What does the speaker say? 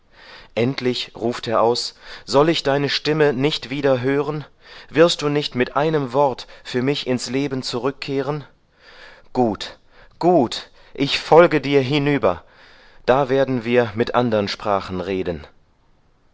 endlich ruft er aus soll ich deine stimme nicht wieder hören wirst du nicht mit einem wort für mich ins leben zurückkehren gut gut ich folge dir hinüber da wer den wir mit andern sprachen reden